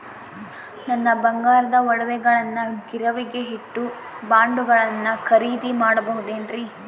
ನನ್ನ ಬಂಗಾರದ ಒಡವೆಗಳನ್ನ ಗಿರಿವಿಗೆ ಇಟ್ಟು ಬಾಂಡುಗಳನ್ನ ಖರೇದಿ ಮಾಡಬಹುದೇನ್ರಿ?